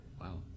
Wow